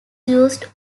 used